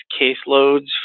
caseloads